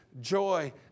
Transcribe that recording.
joy